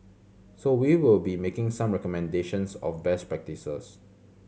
so we will be making some recommendations of best practices